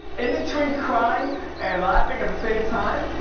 in between crying and laughing at the same time,